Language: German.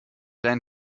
deinen